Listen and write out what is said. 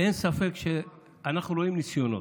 אין ספק שאנחנו רואים ניסיונות,